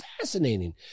fascinating